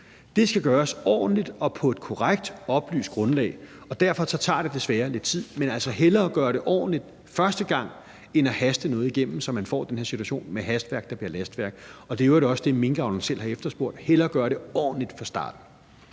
Det skal gøres ordentligt og på et korrekt oplyst grundlag. Derfor tager det desværre lidt tid. Men altså hellere gøre det ordentligt første gang end at haste noget igennem, så man får den her situation med hastværk, der bliver lastværk. Det er i øvrigt også det, minkavlerne selv har efterspurgt, altså hellere gøre det ordentligt fra start.